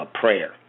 prayer